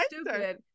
stupid